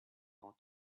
how